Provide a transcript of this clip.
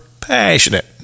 passionate